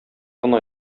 гына